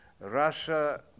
Russia